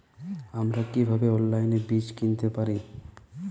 আমরা কীভাবে অনলাইনে বীজ কিনতে পারি?